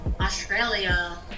Australia